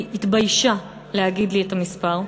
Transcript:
היא התביישה להגיד לי את המספר.